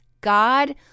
God